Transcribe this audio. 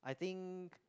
I think